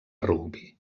rugbi